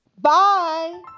Bye